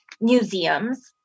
museums